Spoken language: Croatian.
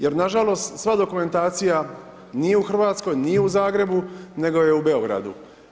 Jer nažalost, sva dokumentacija, nije u Hrvatskoj, nije u Zagrebu, nego je u Beogradu.